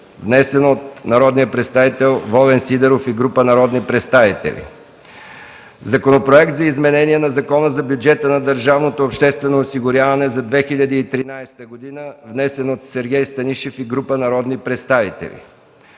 внесен от Волен Сидеров и група народни представители. - Законопроект за изменение на Закона за бюджета на държавното обществено осигуряване за 2013 г., внесен от Сергей Станишев и група народни представители.